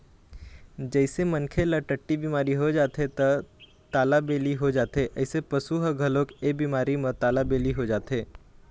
जइसे मनखे ल टट्टी बिमारी हो जाथे त तालाबेली हो जाथे अइसने पशु ह घलोक ए बिमारी म तालाबेली हो जाथे